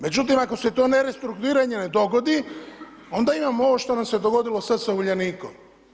Međutim, ako se to nerestrukturiranje ne dogoditi, onda imamo ovo što nam se dogodilo sada sa Uljanikom.